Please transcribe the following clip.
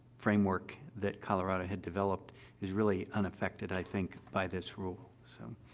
framework that colorado had developed is, really, unaffected, i think, by this rule, so.